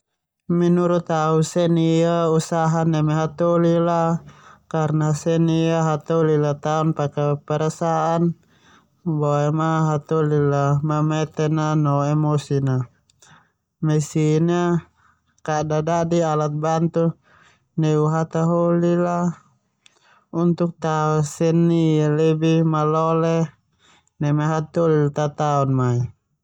Menurut au seni ia usaha neme hataholi a, karena seni ia hataholi a taon pake perasaan boema hataholi a mameten a no emosin a. Mesin ia kada da'di alat bantu neu hataholia a untuk tao seni lebih malole neme hataholi taotaon mai.